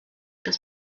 das